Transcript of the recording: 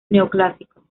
neoclásico